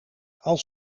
als